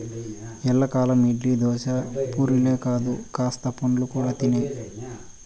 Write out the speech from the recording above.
ఎల్లకాలం ఇడ్లీ, దోశ, పూరీలే కాదు కాస్త పండ్లు కూడా తినే